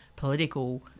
political